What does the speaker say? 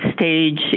stage